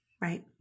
Right